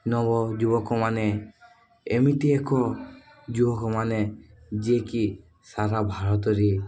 ନବ ଯୁବକମାନେ ଏମିତି ଏକ ଯୁବକମାନେ ଯେ କିି ସାରା ଭାରତରେ